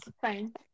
Fine